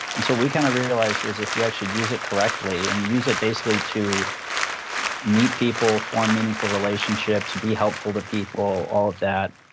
and so we kind of realized was if you actually use it correctly, and you use it basically to meet people, form meaningful relationships, be helpful to people, all of that,